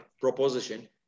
proposition